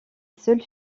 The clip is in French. seule